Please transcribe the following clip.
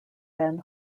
ben